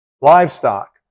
livestock